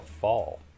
fall